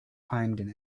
finding